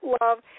Love